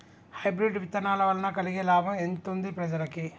Hybrid విత్తనాల వలన కలిగే లాభం ఎంతుంది ప్రజలకి?